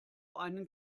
einen